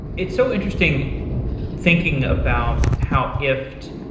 it so interesting thinking about how ifttt,